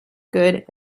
good